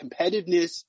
competitiveness